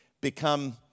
become